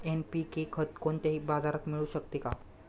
NPK खत कोणत्याही बाजारात मिळू शकते का?